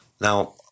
Now